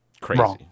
crazy